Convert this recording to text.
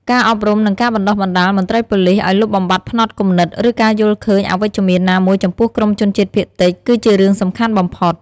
ការអប់រំ និងការបណ្តុះបណ្តាលមន្ត្រីប៉ូលិសឱ្យលុបបំបាត់ផ្នត់គំនិត ឬការយល់ឃើញអវិជ្ជមានណាមួយចំពោះក្រុមជនជាតិភាគតិច គឺជារឿងសំខាន់បំផុត។